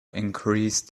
increased